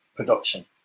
production